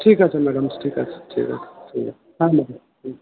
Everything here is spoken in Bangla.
ঠিক আছে ম্যাডাম ঠিক আছে ঠিক আছে ঠিক আছে হ্যাঁ